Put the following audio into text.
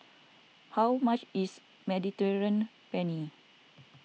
how much is Mediterranean Penne